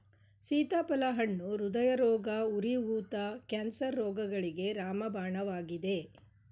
ಸೀತಾಫಲ ಹಣ್ಣು ಹೃದಯರೋಗ, ಉರಿ ಊತ, ಕ್ಯಾನ್ಸರ್ ರೋಗಗಳಿಗೆ ರಾಮಬಾಣವಾಗಿದೆ